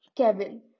Kevin